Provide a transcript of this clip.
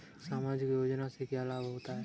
सामाजिक योजना से क्या क्या लाभ होते हैं?